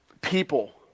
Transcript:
people